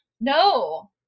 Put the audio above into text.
No